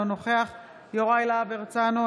אינו נוכח יוראי להב הרצנו,